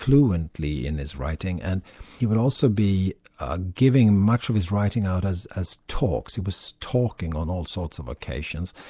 fluently in writing, and he could also be ah giving much of his writing out as as talks. he was talking on all sorts of occasions,